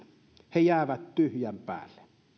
he jäävät tyhjän päälle